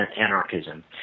anarchism